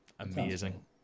Amazing